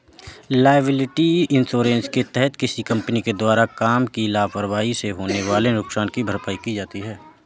liability insurance के तहत किसी कंपनी के द्वारा काम की लापरवाही से होने वाले नुकसान की भरपाई की जाती है